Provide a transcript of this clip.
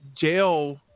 jail